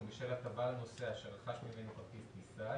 בשל הטבה לנוסע שרכש ממנו כרטיס טיסה,